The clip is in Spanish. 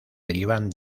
derivan